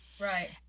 right